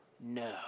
no